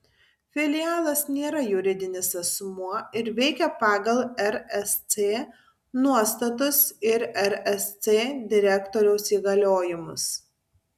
filialas nėra juridinis asmuo ir veikia pagal rsc nuostatus ir rsc direktoriaus įgaliojimus